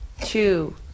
two